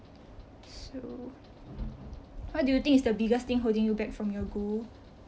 so what do you think is the biggest thing holding you back from your goal